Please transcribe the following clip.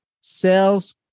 sales